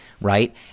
right